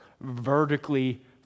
vertically